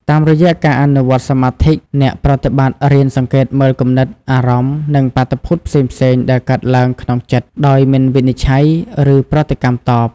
តាមរយៈការអនុវត្តន៍សមាធិ អ្នកប្រតិបត្តិរៀនសង្កេតមើលគំនិត អារម្មណ៍ និងបាតុភូតផ្សេងៗដែលកើតឡើងក្នុងចិត្ត ដោយមិនវិនិច្ឆ័យ ឬប្រតិកម្មតប។